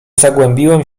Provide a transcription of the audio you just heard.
zagłębiłem